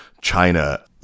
China